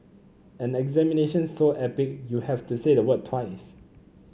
an examination so epic you have to say the word twice